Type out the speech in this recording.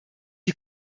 die